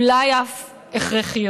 אולי אף הכרחיות,